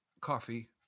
Coffee